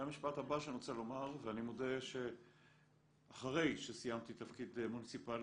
זה המשפט הבא שאני רוצה לומר ואני מודה שאחרי שסיימתי תפקיד מוניציפלי,